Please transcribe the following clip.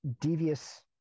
devious